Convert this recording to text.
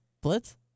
Blitz